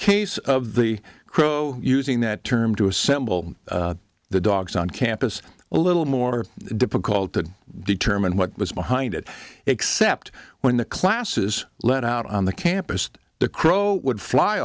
case of the crow using that term to assemble the dogs on campus a little more difficult to determine what was behind it except when the classes let out on the campus the crow would fly